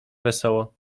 wesoło